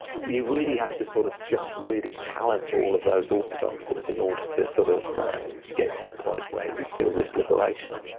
you really have to sort of just really challenge all of those orthodoxes orthodoxes in order to sort of get to the point where you feel this liberation.